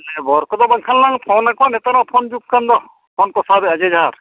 labour ᱠᱚᱫᱚ ᱵᱟᱝᱠᱷᱟᱱ ᱞᱟᱝ ᱯᱷᱳᱱ ᱟᱠᱚᱣᱟ ᱱᱮᱛᱟᱨ ᱢᱟ ᱯᱷᱳᱱ ᱡᱩᱜᱽ ᱠᱟᱱ ᱫᱚ ᱯᱷᱳᱱ ᱠᱚ ᱥᱟᱵᱮᱜᱼᱟ ᱡᱮ ᱡᱟᱨ